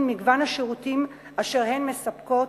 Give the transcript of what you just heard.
מגוון השירותים אשר הרשויות המקומיות מספקות,